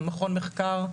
מכון מחקר,